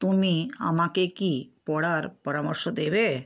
তুমি আমাকে কি পড়ার পারামর্শ দেবে